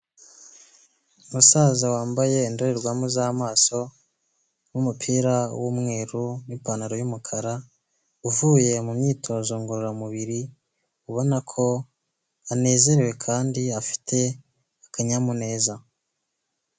Umusaza wambaye indorerwamo z'amaso n'umupira w'umweru n'ipantaro y'umukara uvuye mu myitozo ngororamubiri ubona ko anezerewe kandi afite akanyamuneza.